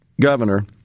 governor